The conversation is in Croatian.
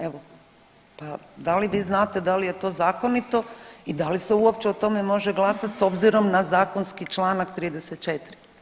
Evo, pa da li vi znate da li je to zakonito i da li se uopće o tome može glasat s obzirom na zakonski čl. 34.